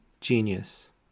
genius